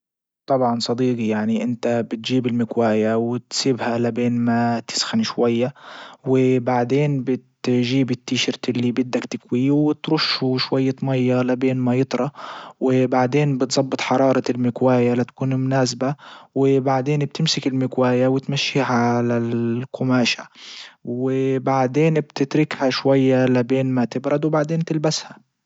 طبعا صديجي يعني انت بتجيب المكواية وتسيبها لبين ما تسخن شوية وبعدين بتجيب التيشيرت اللي بدك تكويه وترشه شوية مية لبين ما يطرى وبعدين بتزبط حرارة المكواية لتكون مناسبة وبعدين بتمسك المكواية وتمشيها على القماشة وبعدين بتتركها شوية لبين ما تبرد وبعدين تلبسها